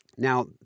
Now